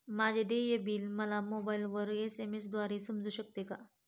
माझे देय बिल मला मोबाइलवर एस.एम.एस द्वारे समजू शकेल का?